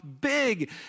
big